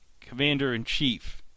Commander-in-Chief